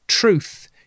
truth